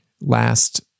last